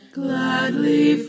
gladly